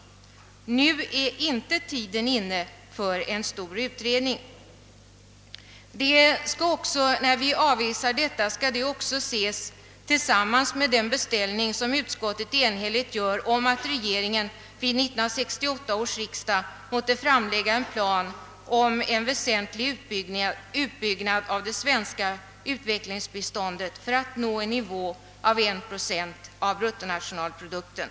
Det är därför inte rätta tiden för en ny stor utredning. När vi avvisar detta förslag skall det för övrigt ses i samband med den beställning som utskottet enhälligt gjort och som innebär att regeringen vid 1968 års riksdag skall framlägga en plan för en väsentlig utbyggnad av det svenska utvecklingsbiståndet i syfte att komma upp till nivån 1 procent av bruttonationalinkomsten.